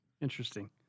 Interesting